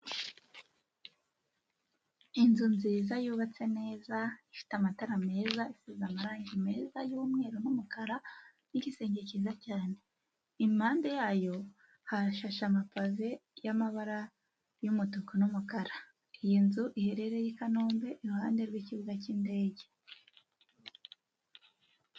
Inzu nziza yubatse neza ifite amatara meza, isize amarangi meza y'umweru n'umukara n'igisenge kiza cyane, impande yayo hashashe amapave y'amabara y'umutuku n'umukara, iyi nzu iherereye i Kanombe, iruhande rw'ikibuga cy'indege.